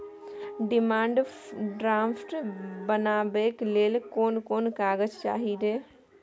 Demand draft बनाबैक लेल कोन कोन कागज चाही रे?